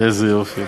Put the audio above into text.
איזה יופי,